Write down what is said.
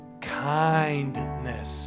kindness